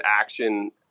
action